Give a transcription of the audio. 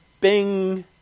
bing